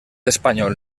espanyol